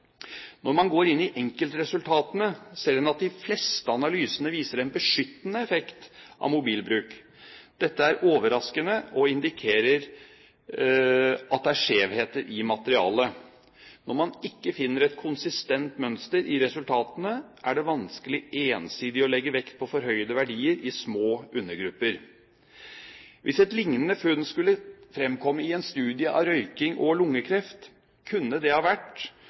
Når man går inn i enkeltresultatene, ser en at de fleste analysene viser en beskyttende effekt av mobilbruk. Dette er overraskende og indikerer at det er skjevheter i materialet. Når man ikke finner et konsistent mønster i resultatene, er det vanskelig ensidig å legge vekt på forhøyede verdier i små undergrupper. Hvis et lignende funn skulle fremkommet i en studie av røyking og lungekreft, kunne det ha vært